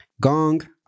Gong